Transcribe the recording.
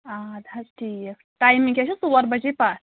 اَدٕ حظ ٹھیٖک ٹایمِنٛگ کیٛاہ چھِ ژور بَجے پَتھ